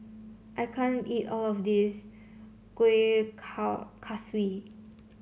I can't eat all of this Kueh Kaswi